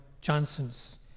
Johnson's